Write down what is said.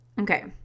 okay